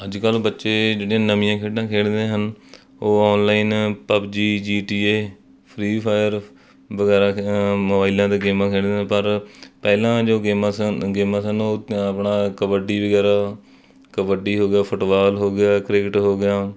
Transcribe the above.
ਅੱਜ ਕੱਲ੍ਹ ਬੱਚੇ ਜਿਹੜੀਆਂ ਨਵੀਆਂ ਖੇਡਾਂ ਖੇਡਦੇ ਹਨ ਉਹ online PUBG G T A Free Fire ਵਗੈਰਾ ਮੋਬਾਇਲਾਂ 'ਤੇ ਗੇਮਾਂ ਖੇਡਦੇ ਨੇ ਪਰ ਪਹਿਲਾਂ ਜੋ ਗੇਮਾਂ ਸਨ ਗੇਮਾਂ ਸਨ ਉਹ ਆਪਣਾ ਕਬੱਡੀ ਵਗੈਰਾ ਕਬੱਡੀ ਹੋ ਗਿਆ ਫੁੱਟਬਾਲ ਹੋ ਗਿਆ ਕ੍ਰਿਕਟ ਹੋ ਗਿਆ